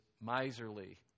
miserly